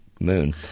moon